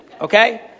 Okay